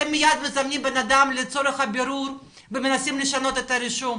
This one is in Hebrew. אתם מייד מזמנים אדם לצורך הבירור ומנסים לשנות את הרישום,